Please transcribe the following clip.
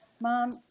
Mom